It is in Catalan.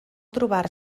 trobar